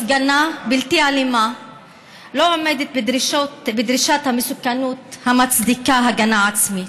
הפגנה בלתי אלימה לא עומדת בדרישת המסוכנות המצדיקה הגנה עצמית,